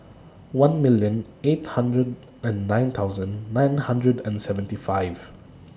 one million eight hundred and nine thousand nine hundred and seventy five